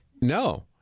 No